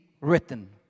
written